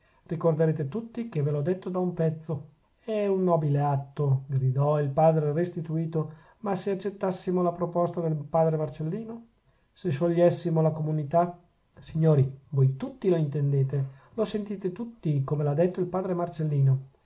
ricorderete tutti che ve l'ho detto da un pezzo è un nobile atto gridò il padre restituto ma se accettassimo la proposta del padre marcellino se sciogliessimo la comunità signori voi tutti lo intendete lo sentite tutti come l'ha detto il padre marcellino